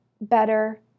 better